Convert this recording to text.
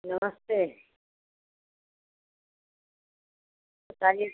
नमस्ते बताइए